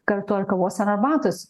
kartu ar kavos ar arbatos